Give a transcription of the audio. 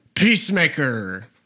Peacemaker